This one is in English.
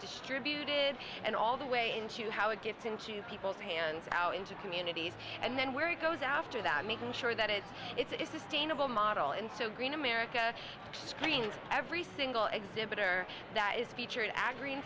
distributed and all the way into how it gets into people's hands out into communities and then where it goes after that making sure that it's it's the stain of a model in so green america screens every single exhibit or that is featured a